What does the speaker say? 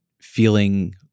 feeling